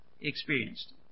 experienced